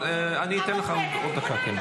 אני אתן לך עוד דקה.